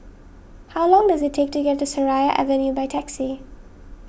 how long does it take to get to Seraya Avenue by taxi